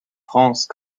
frances